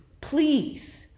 please